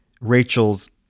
Rachel's